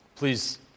Please